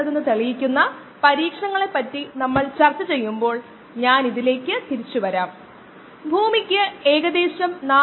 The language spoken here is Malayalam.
അതുപോലെ തന്നെ 70 ഡിഗ്രി സിയിലും പ്രതികരണം രേഖീയമാണ്പക്ഷെ ഇവിടെ കർവിന്റെ സ്ലോപ്പ് കുറച്ചു കൂടി കൂടുതൽ ആണ്